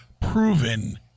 proven